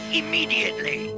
immediately